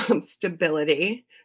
stability